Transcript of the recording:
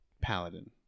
paladin